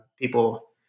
People